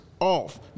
Off